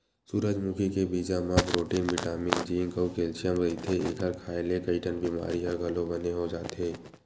सूरजमुखी के बीजा म प्रोटीन बिटामिन जिंक अउ केल्सियम रहिथे, एखर खांए ले कइठन बिमारी ह घलो बने हो जाथे